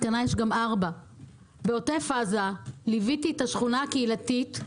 בעוטף עזה ליוויתי את השכונה הקהילתית.